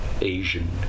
Asian